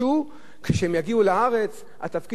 שכשהם יגיעו לארץ הם כבר לא יהיו בתפקיד,